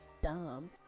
dumb